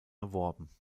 erworben